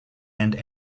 end